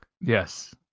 Yes